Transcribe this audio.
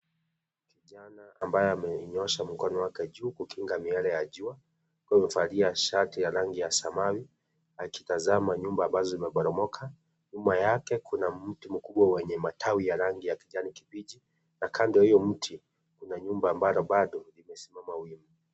Kijana ambaye amenyoosha mkono wake juu kukinga miale ya jua. Amevali shati ya rangi ya samawi akitazama nyumba ambazo zimeporomoka. Nyuma yake kuna mti mkubwa yenye matawi ya rangi ya kijani kibichi na kando ya hiyo mti kuna nyumba ambayo bado imesimama wima.